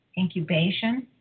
incubation